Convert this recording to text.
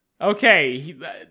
okay